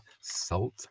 salt